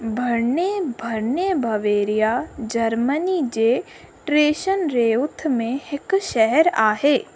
Barnau Barnau Bavaria Germany जे Tirschenreuth में हिकु शहेर आहे